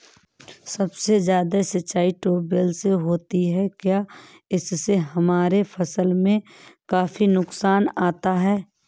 सबसे ज्यादा सिंचाई ट्यूबवेल से होती है क्या इससे हमारे फसल में काफी नुकसान आता है?